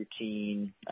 routine